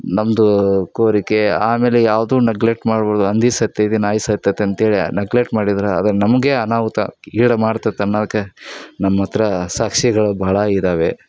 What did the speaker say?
ನಮ್ದು ಕೋರಿಕೆ ಆಮೇಲೆ ಯಾವುದೂ ನಗ್ಲೆಟ್ ಮಾಡಬಾರ್ದು ಹಂದಿ ಸತ್ತಿದೆ ನಾಯಿ ಸತ್ತಿತ್ ಅಂತೇಳಿ ನಗ್ಲೆಟ್ ಮಾಡಿದ್ರೆ ಅದು ನಮಗೇ ಅನಾಹುತ ಕೇಡು ಮಾಡ್ತದ ಅನ್ನೋಕೆ ನಮ್ಮ ಹತ್ರ ಸಾಕ್ಷಿಗಳು ಭಾಳ ಇದ್ದಾವೆ